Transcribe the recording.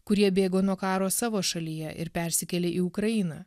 kurie bėgo nuo karo savo šalyje ir persikėlė į ukrainą